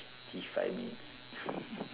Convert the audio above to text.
fifty five minutes